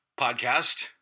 podcast